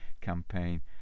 campaign